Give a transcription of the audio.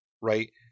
right